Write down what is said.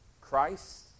Christ